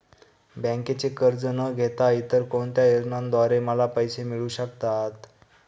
बँकेचे कर्ज न घेता इतर कोणत्या योजनांद्वारे मला पैसे मिळू शकतात?